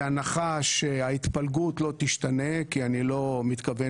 בהנחה שההתפלגות לא תשתנה כי אני לא מתכוון